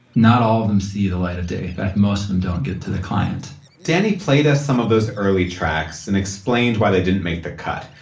not all of them see the light of day, in fact most of them don't get to the client danni played us some of those early tracks and explained why they didn't make the cut.